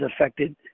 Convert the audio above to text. affected